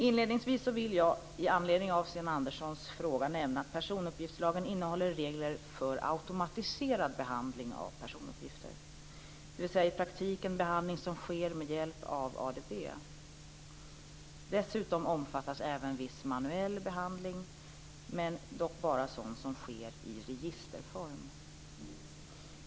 Inledningsvis vill jag i anledning av Sten Anderssons fråga nämna att personuppgiftslagen innehåller regler för automatiserad behandling av personuppgifter, dvs. i praktiken behandling som sker med hjälp av ADB. Dessutom omfattas även viss manuell behandling, dock bara sådan som sker i registerform.